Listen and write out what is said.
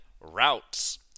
Routes